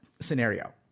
scenario